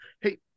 Hey